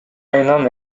айынан